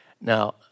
now